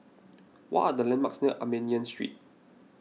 what are the landmarks near Armenian Street